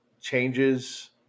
changes